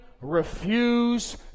refuse